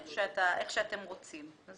איך שאתם רוצים.